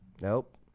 Nope